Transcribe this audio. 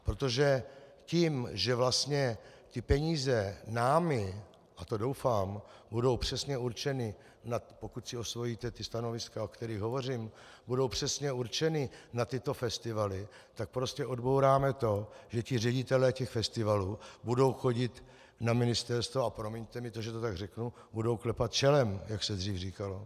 Protože tím, že vlastně ty peníze námi, a to doufám, budou přesně určeny, pokud si osvojíte ta stanoviska, o kterých hovořím, budou přesně určeny na tyto festivaly, tak prostě odbouráme to, že ředitelé těch festivalů budou chodit na ministerstvo, a promiňte mi, že to tak řeknu, budou klepat čelem, jak se dřív říkalo.